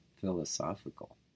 philosophical